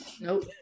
nope